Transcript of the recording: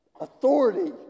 Authority